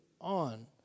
on